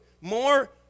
More